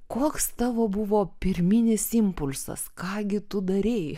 koks tavo buvo pirminis impulsas ką gi tu darei